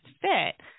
fit